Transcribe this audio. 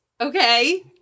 Okay